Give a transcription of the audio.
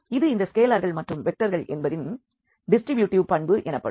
இது இந்த ஸ்கேலார்கள் மற்றும் வெக்டார்கள் என்பதின் டிஸ்ட்ரிபியூட்டிவ் பண்பு எனப்படும்